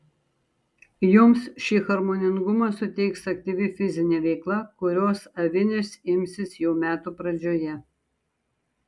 joms šį harmoningumą suteiks aktyvi fizinė veikla kurios avinės imsis jau metų pradžioje